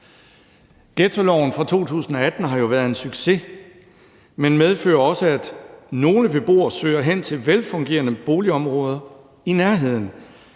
Ghettoloven fra 2018 har jo været en succes, men medfører også, at nogle beboere søger hen til velfungerende boligområder i nærheden.